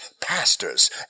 pastors